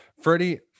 Freddie